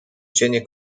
cienie